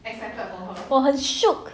我很 shook